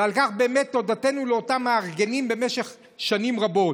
ועל כך באמת תודתנו לאותם מארגנים במשך שנים רבות.